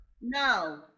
No